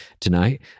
tonight